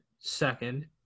second